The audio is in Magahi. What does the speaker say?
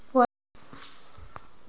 व्यापार हमार लोन भेजुआ तारीख को हुआ?